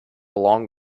along